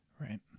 Right